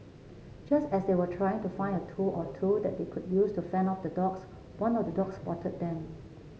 just as they were trying to find a tool or two that they could use to fend off the dogs one of the dogs spotted them